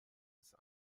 ist